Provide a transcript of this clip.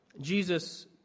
Jesus